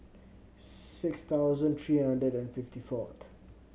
six thousand three hundred and fifty fourth